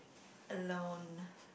alone